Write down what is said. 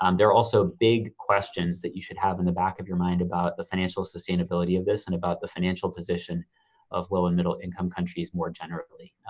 um they're also big questions that you should have in the back of your mind about the financial sustainability of this and about the financial position of low and middle income countries more generally.